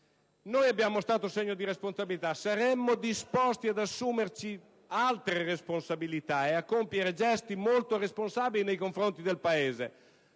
Noi abbiamo dimostrato senso di responsabilità, saremmo disposti ad assumerci altre responsabilità e a compiere gesti importanti nei confronti del Paese,